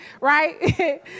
right